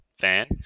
fan